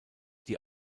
die